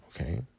Okay